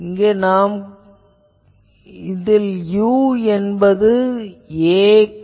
இந்த u நம்மைக் குழப்பலாம்